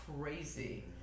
crazy